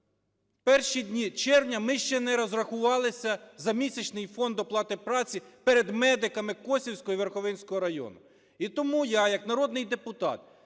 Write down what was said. перші дні червня ми ще не розрахувалися за місячний фонд оплати праці перед медиками Косівського і Верховинського району. І тому я як народний депутат